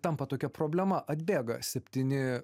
tampa tokia problema atbėga septyni